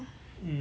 mm